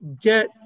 get